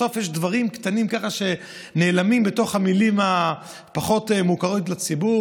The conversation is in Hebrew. בסוף יש דברים קטנים שנעלמים בתוך המילים הפחות-מוכרות לציבור,